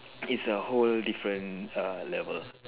is a whole different err level